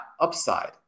upside